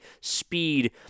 speed